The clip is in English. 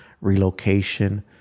relocation